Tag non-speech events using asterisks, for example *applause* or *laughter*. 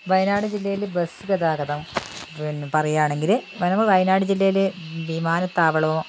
വയനാട് ജില്ലയിൽ ബസ്സ് ഗതാഗതം പിന്നെ പറയുകയാണെങ്കിൽ *unintelligible* വയനാട് ജില്ലയിൽ വിമാനത്താവളമോ